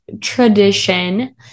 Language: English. tradition